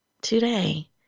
today